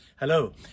Hello